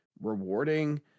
rewarding